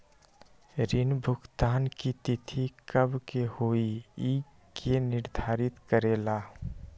ऋण भुगतान की तिथि कव के होई इ के निर्धारित करेला?